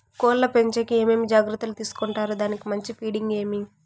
కోళ్ల పెంచేకి ఏమేమి జాగ్రత్తలు తీసుకొంటారు? దానికి మంచి ఫీడింగ్ ఏమి?